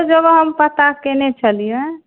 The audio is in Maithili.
जगह हम पता कयने छलियै